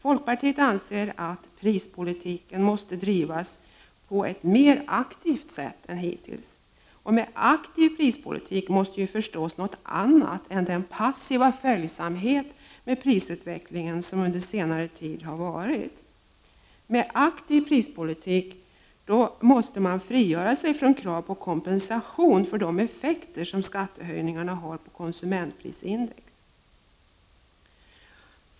Folkpartiet anser att prispolitiken måste bedrivas på ett mer aktivt sätt än hittills. Med aktiv prispolitik måste förstås något annat än den passiva följsamhet med prisutvecklingen som har ägt rum under senare tid. Med aktiv prispolitik måste man frigöra sig från krav på kompensation för de effekter som skattehöjningarna har på konsumentprisindex.